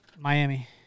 Miami